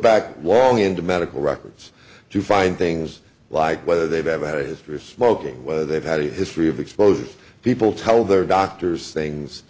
back long into medical records to find things like whether they have a history of smoking whether they've had a history of exposures people tell their doctors things